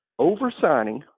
Oversigning